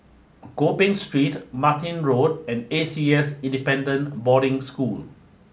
Gopeng Street Martin Road and A C S Independent Boarding School